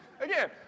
Again